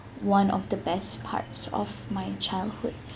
one of the best parts of my childhood